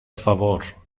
favor